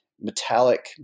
metallic